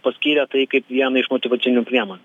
paskyrė tai kaip vieną iš motyvacinių priemonių